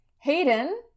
Hayden